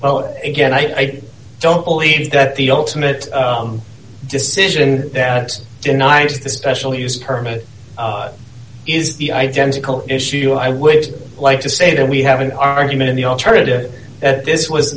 well again i don't believe that the ultimate decision that denies the special use permit is the identical issue i would like to say that we have an argument in the alternative that this was